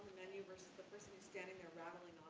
menu versus the person who's standing there rattling